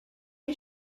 you